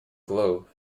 globe